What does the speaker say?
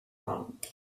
wrong